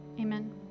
Amen